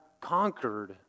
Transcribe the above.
conquered